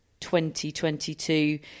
2022